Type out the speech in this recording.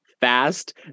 fast